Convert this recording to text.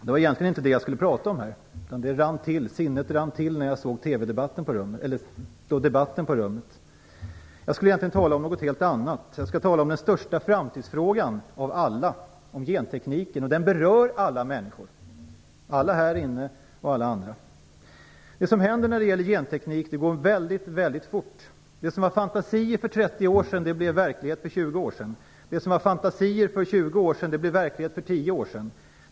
Det var egentligen inte detta jag skulle prata om, men sinnet rann till när jag såg debatten på mitt rum. Jag skall egentligen talat om något helt annat, om den största framtidsfrågan av alla, gentekniken. Den berör alla människor - alla här inne och alla andra. Det som händer när det gäller genteknik går väldigt fort. Det som var fantasier för 30 år sedan blev verklighet för 20 år sedan. Det som var fantasier för 20 år sedan blev verklighet för 10 år sedan.